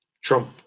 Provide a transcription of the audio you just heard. Trump